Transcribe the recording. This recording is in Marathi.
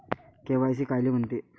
के.वाय.सी कायले म्हनते?